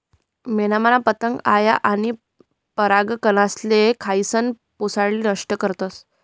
मेनना पतंग आया आनी परागकनेसले खायीसन पोळेसले नष्ट करतस